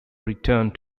returned